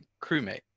crewmate